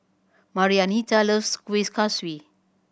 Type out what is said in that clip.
Marianita loves Kuih Kaswi